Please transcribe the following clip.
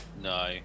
no